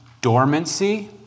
dormancy